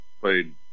played